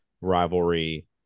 rivalry